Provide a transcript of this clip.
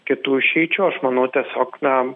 kitų išeičių aš manau tiesiog na